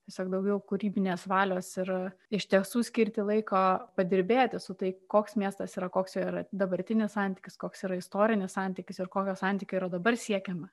tiesiog daugiau kūrybinės valios ir iš tiesų skirti laiko padirbėti su tai koks miestas yra koks yra dabartinis santykis koks yra istorinis santykis ir kokio santykio yra dabar siekiama